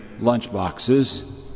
lunchboxes